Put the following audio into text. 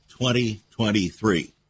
2023